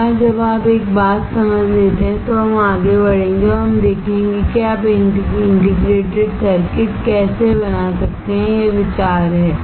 एक बार जब आप एक बात समझ लेते हैं तो हम आगे बढ़ेंगे और हम देखेंगे कि आप एक इंटीग्रेटेड सर्किट कैसे बना सकते हैं यह विचार है